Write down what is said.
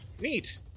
Neat